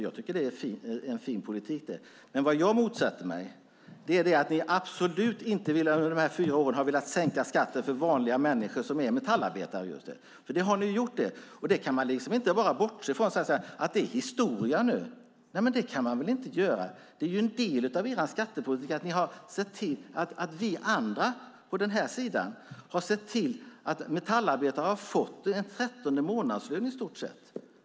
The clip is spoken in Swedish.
Jag tycker att det är en fin politik, men det jag motsätter mig är att ni, Jacob Johnson, under dessa fyra år inte velat sänka skatterna för vanliga människor såsom just metallarbetare. Det kan man inte bara bortse från och säga att det är historia. Det kan man inte göra, för det är en del av er skattepolitik. Vi andra har sett till att metallarbetaren i stort sett fått en 13:e månadslön.